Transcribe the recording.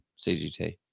CGT